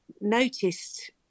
noticed